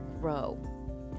grow